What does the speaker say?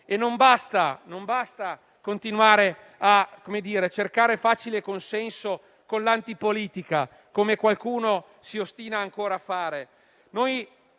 Non basta continuare a cercare facile consenso con l'antipolitica, come qualcuno si ostina ancora a fare.